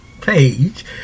page